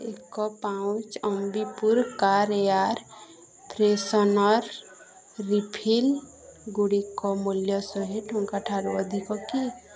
ଏକ pouch Ambi Pur car air freshener ରିଫିଲ୍ଗୁଡ଼ିକ ମୂଲ୍ୟ ଶହେ ଟଙ୍କାଠାରୁ ଅଧିକ କି